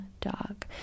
dog